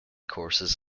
courses